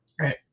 Right